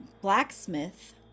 blacksmith